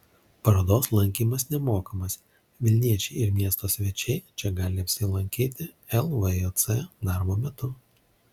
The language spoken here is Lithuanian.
parodos lankymas nemokamas vilniečiai ir miesto svečiai čia gali apsilankyti lvjc darbo metu